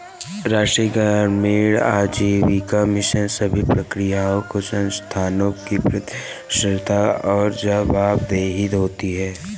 राष्ट्रीय ग्रामीण आजीविका मिशन सभी प्रक्रियाओं और संस्थानों की पारदर्शिता और जवाबदेही होती है